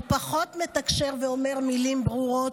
הוא פחות מתקשר ואומר מילים ברורות,